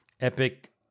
epic